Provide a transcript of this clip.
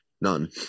none